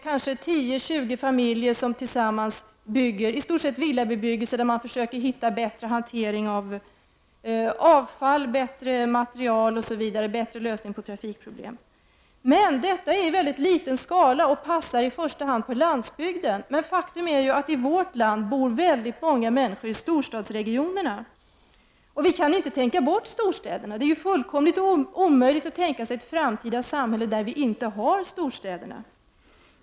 Det kan vara 10-20 familjer som slår sig samman om villabebyggelse och försöker hitta bättre material, bättre hantering av avfall, bättre lösning på trafikproblem osv. Men detta sker i mycket liten skala och passar i första hand på landsbygden. Faktum är att i vårt land bor väldigt många människor i storstadsregionerna. Vi kan inte tänka bort storstäderna. Det är fullkomligt omöjligt att tänka sig ett framtida samhälle där vi inte har storstäderna.